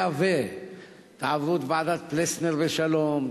היה ותעברו את ועדת-פלסנר בשלום,